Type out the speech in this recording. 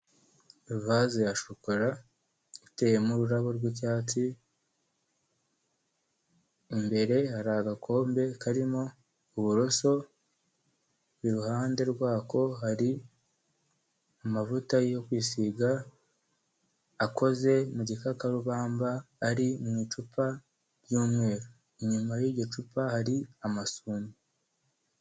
Vaze ya shokora, iteyemo ururabo rw'icyatsi, imbere hari agakombe karimo uburoso, iruhande rwako hari amavuta yo kwisiga akoze mu gikakarubamba, ari mu icupa ry'umweru, inyuma yiryo cupa hari amasume.